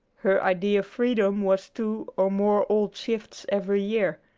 her idea of freedom was two or more old shifts every year.